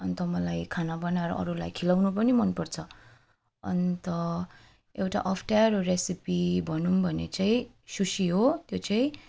अन्त मलाई खाना बनाएर अरूलाई खिलाउनु पनि मनपर्छ अन्त एउटा अप्ठ्यारो रेसेपी भनौँ भने चाहिँ सुसी हो त्यो चाहिँ